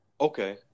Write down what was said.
okay